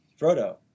Frodo